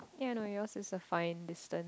ya no yours is a fine distance